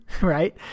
right